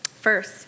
First